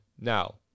now